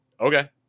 okay